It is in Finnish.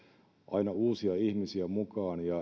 aina uusia ihmisiä mukaan ja